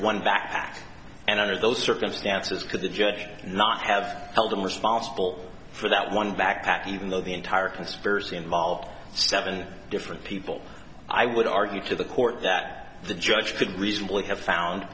back and under those circumstances could the judge not have held him responsible for that one backpack even though the entire conspiracy involved seven different people i would argue to the court that the judge could reasonably have found